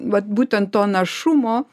vat būtent to našumo